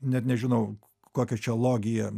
net nežinau kokia čia logija